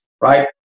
right